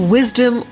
Wisdom